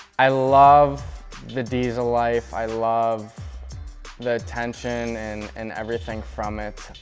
i love the diesel life. i love the tension and and everything from it.